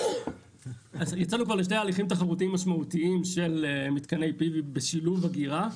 אז יצאנו כבר לשני הליכים תחרותיים משמעותיים של מתקני PV בשילוב אגירה,